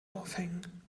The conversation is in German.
aufhängen